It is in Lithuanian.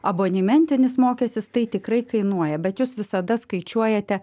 abonementinis mokestis tai tikrai kainuoja bet jūs visada skaičiuojate